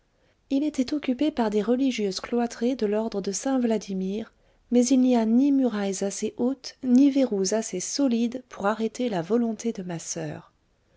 il était occupé par des religieuses cloîtrées de l'ordre de saint vladimir mais il n'y a ni murailles assez hautes ni verrous assez solides pour arrêter la volonté de ma soeur